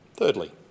Thirdly